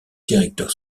directeur